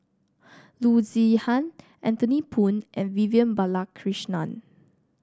Loo Zihan Anthony Poon and Vivian Balakrishnan